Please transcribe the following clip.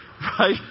Right